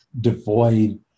devoid